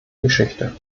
geschichte